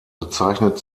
bezeichnet